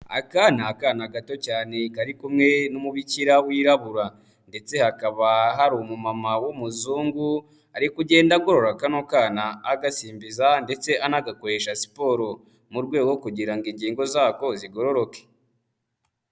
Aka ni akana gato cyane kari kumwe n'umubikira wirabura ndetse hakaba hari umumama w'umuzungu ari kugenda agorora kano kana, agasimbiza ndetse anagakoresha siporo mu rwego rwo kugira ngo ingingo zako zigororoke.